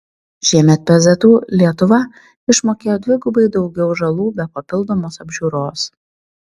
šiemet pzu lietuva išmokėjo dvigubai daugiau žalų be papildomos apžiūros